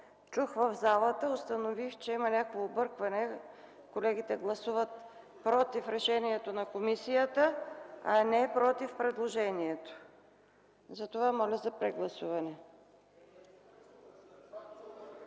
чух в залата, установих, че има някакво объркване – колегите гласуват против решението на комисията, а не против предложението. Затова моля за прегласуване.